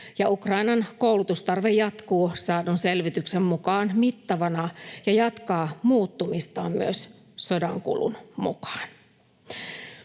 Ukrainan koulutustarve jatkuu saadun selvityksen mukaan mittavana ja jatkaa muuttumistaan myös sodankulun mukaan.